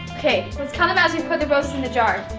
okay let's count them as we put the roses in the jar!